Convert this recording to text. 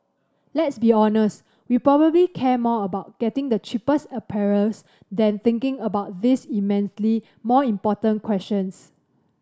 let's be honest we probably care more about getting the cheapest apparels than thinking about these immensely more important questions